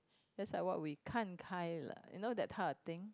that's like what we 看开了 you know that type of thing